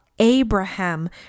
Abraham